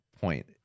point